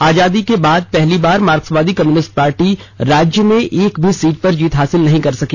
आजादी के बाद पहली बार मार्क़सवादी कम्युनिस्ट पार्टी राज्य में एक भी सीट पर जीत हासिल नहीं कर सका